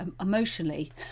emotionally